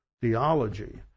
theology